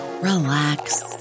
relax